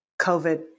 COVID